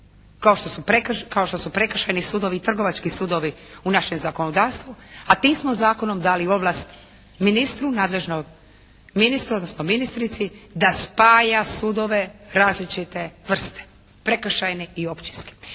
kao što su prekršajni sudovi i trgovački sudovi u našem zakonodavstvu, a tim smo zakonom dali ovlast ministru nadležnom ministru, odnosno ministrici da spaja sudove različite vrste prekršajne i općinske.